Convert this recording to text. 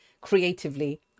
creatively